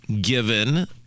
given